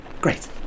Great